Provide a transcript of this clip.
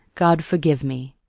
god forgive me!